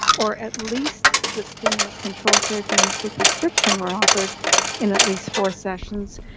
or at least the stimulus control therapy and the sleep restriction were offered in at least four sessions,